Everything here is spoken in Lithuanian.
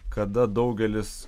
kada daugelis